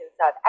South